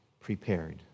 Prepared